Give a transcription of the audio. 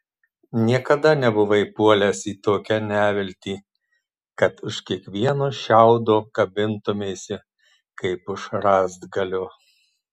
niekada nebuvai puolęs į tokią neviltį kad už kiekvieno šiaudo kabintumeisi kaip už rąstgalio